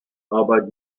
aber